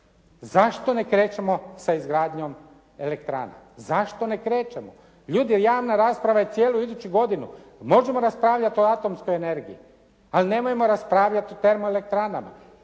Zašto ne krećemo sa izgradnjom elektrana? Zašto ne krećemo? Ljudi javna rasprava je cijelu iduću godinu. Možemo raspravljati o atomskoj energiji, ali nemojmo raspravljati o termoelektranama.